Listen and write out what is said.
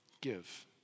Give